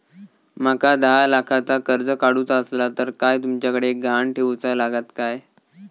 माका दहा लाखाचा कर्ज काढूचा असला तर काय तुमच्याकडे ग्हाण ठेवूचा लागात काय?